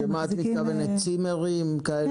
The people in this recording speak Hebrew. את מתכוונת לצימרים ---?